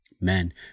Men